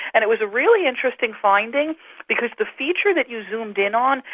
and it was a really interesting finding because the feature that you zoomed in on,